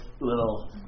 little